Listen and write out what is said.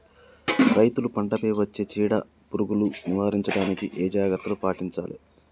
రైతులు పంట పై వచ్చే చీడ పురుగులు నివారించడానికి ఏ జాగ్రత్తలు పాటించాలి?